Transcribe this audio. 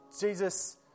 Jesus